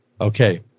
Okay